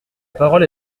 parole